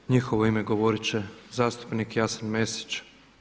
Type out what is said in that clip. U njihovo ime govoriti će zastupnik Jasen Mesić.